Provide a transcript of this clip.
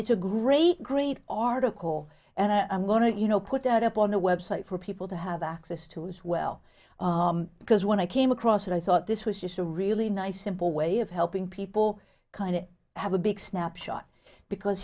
it's a great great article and i'm going to you know put out up on the web site for people to have access to as well because when i came across it i thought this was just a really nice simple way of helping people kind of have a big snapshot because